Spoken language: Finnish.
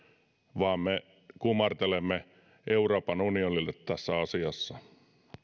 vaan me kumartelemme euroopan unionille tässä asiassa